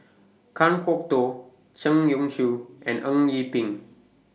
Kan Kwok Toh Zhang Youshuo and Eng Yee Peng